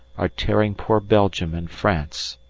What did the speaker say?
are tearing poor belgium and france,